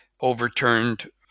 overturned